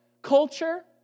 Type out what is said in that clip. Culture